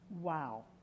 Wow